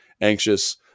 anxious